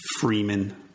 Freeman